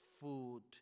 food